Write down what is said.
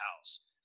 house